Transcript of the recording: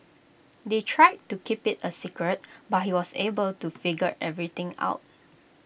they tried to keep IT A secret but he was able to figure everything out